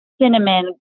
cinnamon